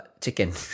chicken